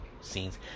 scenes